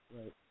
Right